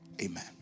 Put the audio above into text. amen